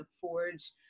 forge